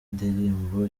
ndirimbo